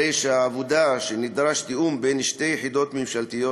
הרי שהעובדה שנדרש תיאום בין שתי יחידות ממשלתיות,